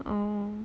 orh